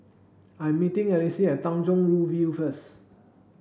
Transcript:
I'm meeting Alyce at Tanjong Rhu View first